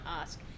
ask